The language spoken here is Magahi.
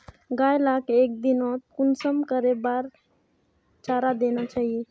गाय लाक एक दिनोत कुंसम करे बार चारा देना चही?